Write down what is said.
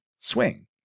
swing